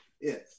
Yes